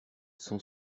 son